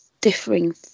differing